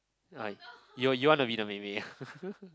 uh you you want to be the mei-mei ah